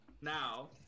now